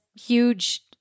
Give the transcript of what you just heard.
huge